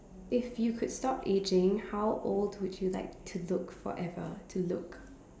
if you could stop aging how old would you like to look forever to look